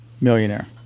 millionaire